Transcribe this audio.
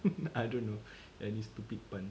I don't know any stupid pun